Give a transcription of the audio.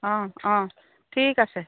অঁ অঁ ঠিক আছে